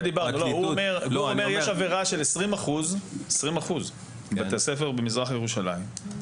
אומר שיש עבירה של 20% מבתי הספר במזרח ירושלים.